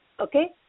okay